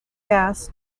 gas